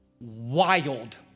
wild